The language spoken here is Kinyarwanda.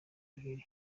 babiri